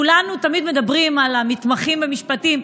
כולנו תמיד מדברים על המתמחים במשפטים,